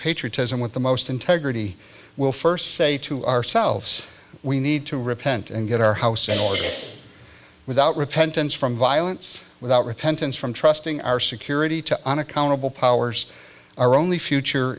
patriotism with the most integrity will first say to ourselves we need to repent and get our house in order without repentance from violence without repentance from trusting our security to unaccountable powers our only future